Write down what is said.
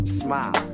smile